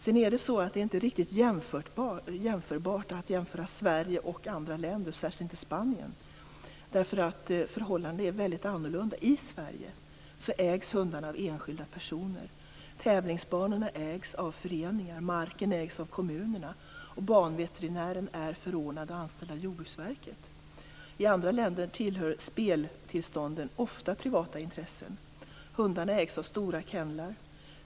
Sedan är det inte riktigt jämförbart mellan Sverige och andra länder, särskilt inte Spanien. Förhållandena är väldigt olika. I Sverige ägs hundarna av enskilda personer. Tävlingsbanorna ägs av föreningar, marken ägs av kommunerna och banveterinären är förordnad och anställd av Jordbruksverket. I andra länder tillhör speltillstånden ofta privata intressen. Hundarna ägs av stora kennlar.